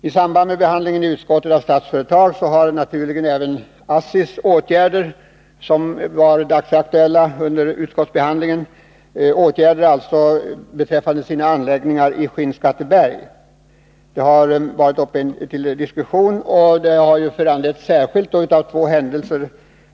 I samband med behandlingen i utskottet av Statsföretag har naturligt nog även ASSI:s åtgärder — som var dagsaktuella under utskottsbehandlingen — beträffande deras anläggningar i Skinnskatteberg varit uppe till diskussion, särskilt på grund av två händelser.